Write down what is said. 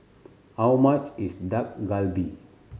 how much is Dak Galbi